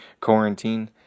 Quarantine